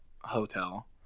hotel